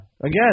again